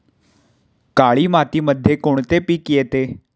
काळी मातीमध्ये कोणते पिके येते?